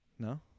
No